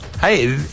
Hey